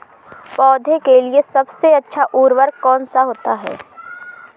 पौधे के लिए सबसे अच्छा उर्वरक कौन सा होता है?